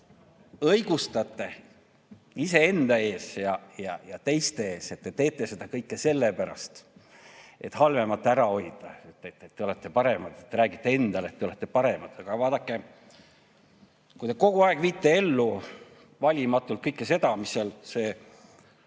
õigustate iseenda ja teiste ees, et te teete seda kõike sellepärast, et halvemat ära hoida. Te räägite endale, et te olete paremad. Aga vaadake, kui te kogu aeg viite ellu valimatult kõike seda, mis seal see